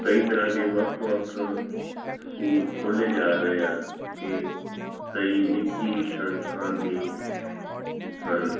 ਕਈ ਤਰ੍ਹਾਂ ਦੇ ਵੱਖ ਵੱਖ ਸਕੂਲ ਖੋਲ੍ਹੇ ਜਾ ਰਹੇ ਆ ਅਤੇ ਕਈ ਨਿੱਜੀ ਸੰਸਥਾ ਦੀ ਹਨ